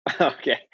Okay